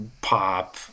pop